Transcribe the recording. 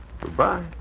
Goodbye